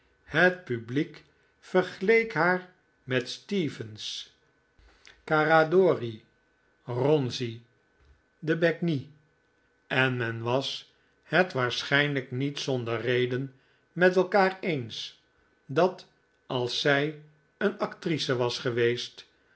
het publiek vergeleek haar met stephens caradori ronzi de begnis en men was het waarschijnlijk niet zonder reden met elkaar eens dat als zij een actrice was geweest